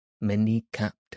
many-capped